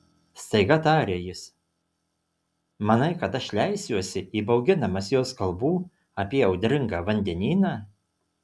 staiga tarė jis manai kad aš leisiuosi įbauginamas jos kalbų apie audringą vandenyną